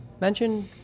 mention